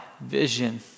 vision